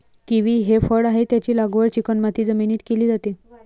kiwi हे फळ आहे, त्याची लागवड चिकणमाती जमिनीत केली जाते